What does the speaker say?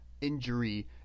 injury